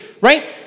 right